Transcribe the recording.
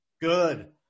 good